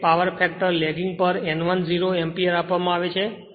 8 power factor lagging પર N10 ampere આપવામાં આવે છે